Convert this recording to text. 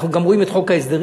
אנחנו גם רואים את חוק ההסדרים.